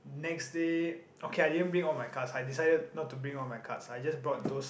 next day okay I didn't bring all my cards I decided not to bring all my cards I just brought those